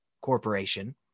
corporation